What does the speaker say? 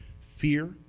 fear